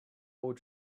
will